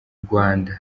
rwanda